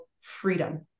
Freedom